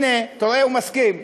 הנה, אתה רואה, הוא מסכים.